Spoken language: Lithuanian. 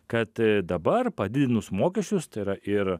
kad dabar padidinus mokesčius tai yra ir